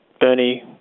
Bernie